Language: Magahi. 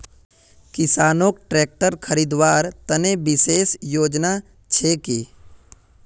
किसानोक ट्रेक्टर खरीदवार तने विशेष योजना छे कि?